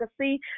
see